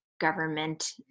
government